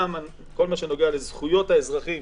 גם כל מה שנוגע לזכויות האזרחים